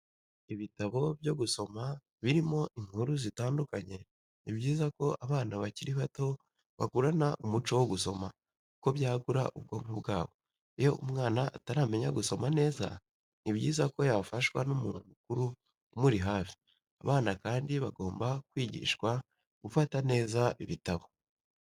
Ibitabo byo gusoma birimo inkuru zitandukanye, ni byiza ko abana bakiri bato bakurana umuco wo gusoma kuko byagura ubwonko bwabo, iyo umwana ataramenya gusoma neza ni byiza ko yafashwa n'umuntu mukuru umuri hafi. Abana kandi bagomba kwigishwa gufata neza ibitabo.